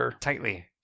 tightly